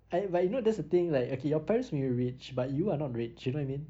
I but you know that's the thing like okay your parents may be rich but you are not rich you know what I mean